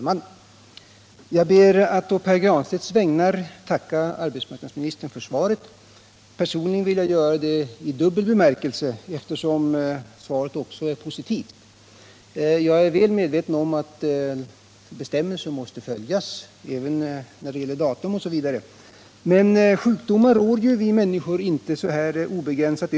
Sedan ett antal år har polisen möjlighet att anlita timanställd personal eller i vissa fall bevakningsföretag för att klara en del arrestantbevakning. För innevarande år har regeringen i besparingssyfte kraftigt minskat anslaget för detta ändamål.